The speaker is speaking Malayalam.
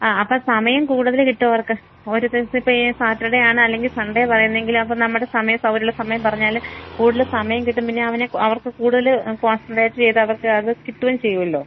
ആ അപ്പം സമയം കൂടുതൽ കിട്ടും അവർക്ക് ഓരോത്തരുടെ ഇപ്പം സാറ്റർഡേ ആണ് അല്ലേങ്കിൽ സൺഡേ പറയുന്നതെങ്കിൽ അപ്പം നമ്മുടെ സമയം സൗകര്യം ഉള്ള സമയം പറഞ്ഞാൽ കൂടുതൽ സമയം കിട്ടും പിന്നെ അവന് അവർക്ക് കൂടുതൽ കോൺസെൻട്രേറ്റ് ചെയ്ത് അതൊക്കെ അത് കിട്ടുകയും ചെയ്യുമല്ലോ